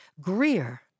Greer